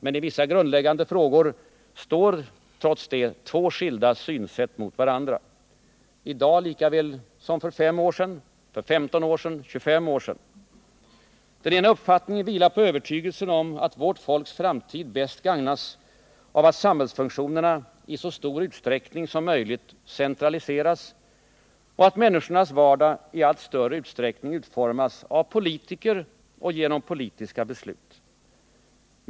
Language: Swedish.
Men i vissa grundläggande frågor står trots det två skilda synsätt mot varandra i dag lika väl som för 5, för 15 eller för 25 år sedan. Den ena uppfattningen vilar på övertygelsen om att vårt folks framtid bäst gagnas av att samhällsfunktionerna i så stor utsträckning som möjligt centraliseras och att människornas vardag i allt större utsträckning utformas av politiker och Allmänpolitisk genom politiska beslut.